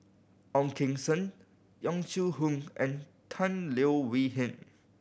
Ong Keng Sen Yong Shu Hoong and Tan Leo Wee Hin